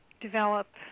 develop